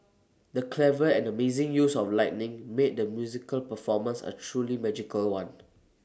the clever and amazing use of lighting made the musical performance A truly magical one